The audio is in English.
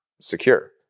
secure